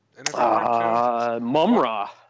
Mumra